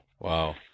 Wow